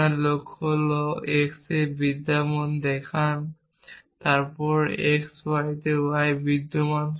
আপনার লক্ষ্য হল x এ বিদ্যমান দেখান তারপর x y এ y এ বিদ্যমান